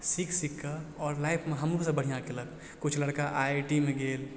सिख सिख कऽ आओर लाइफमे हमरोसँ बढ़िऑं केलक किछु लड़का आई आई टी मे गेल